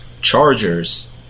Chargers